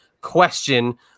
question